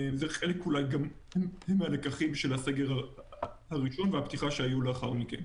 זה חלק אולי גם מהפקת הלקחים של הסגר הראשון והפתיחה שהיו לאחר מכן.